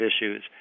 issues